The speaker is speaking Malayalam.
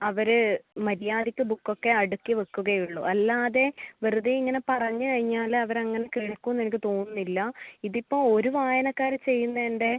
അവർ മര്യാദക്ക് ബുക്ക് ഒക്കെ അടുക്കി വയ്ക്കുകയുള്ളൂ അല്ലാതെ വെറുതെ ഇങ്ങനെ പറഞ്ഞ് കഴിഞ്ഞാൽ അവർ അങ്ങനെ കേൾക്കുമെന്ന് എനിക്ക് തോന്നുന്നില്ല ഇതിപ്പം ഒരു വായനക്കാരൻ ചെയ്യുന്നതിൻ്റെ